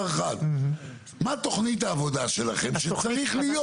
אחד: מה תוכנית העבודה שלכם שצריכה להיות?